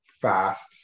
fast